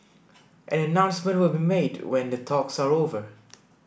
an announcement will be made when the talks are over